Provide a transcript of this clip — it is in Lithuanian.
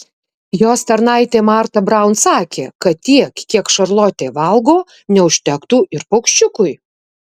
jos tarnaitė marta braun sakė kad tiek kiek šarlotė valgo neužtektų ir paukščiukui